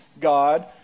God